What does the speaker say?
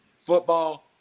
football